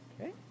Okay